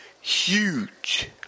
huge